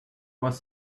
was